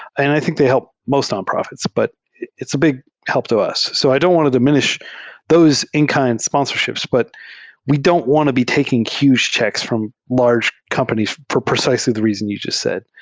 and i think they help most nonprofits, but it's a big help to us. so i don't want to diminish those in-kind sponsorships, but we don't want to be taking huge checks from large companies for precisely the reason you jus t said.